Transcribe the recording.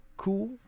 Cool